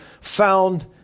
found